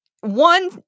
one